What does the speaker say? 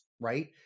right